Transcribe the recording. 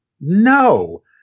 no